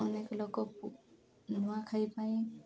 ଅନେକ ଲୋକ ନୂଆଖାଇ ପାଇଁ